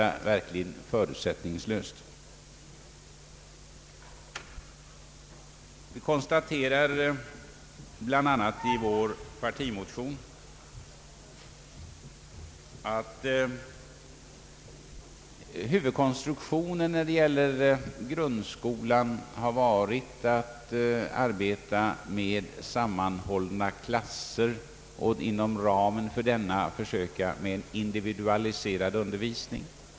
I vår partimotion konstaterar vi bl.a. att huvudkonstruktionen när det gäller grundskolan varit att arbeta med sammanhållna klasser och inom ramen för dessa försöka med en individualiserad undervisning.